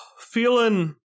feeling